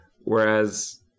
Whereas